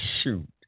Shoot